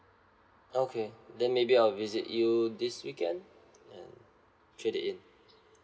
okay then maybe I'll visit you this weekend and trade it in